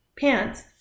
pants